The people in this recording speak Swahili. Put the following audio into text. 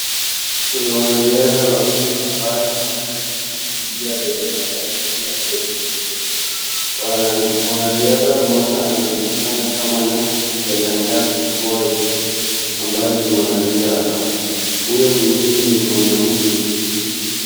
Kuna wanariadha wawili ambaye wameweza kushikilia bendera ya nchi ya Kenya. Mwanariadha mmoja anajulikana kama Nancy Chelang'at Koech ambaye ni mwanariadha, huyo mwingine ni mwanaume.